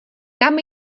kam